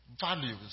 values